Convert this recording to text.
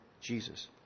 Jesus